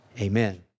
Amen